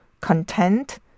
content